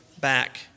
back